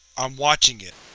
i'm watching it.